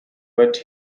but